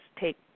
take